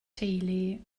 teulu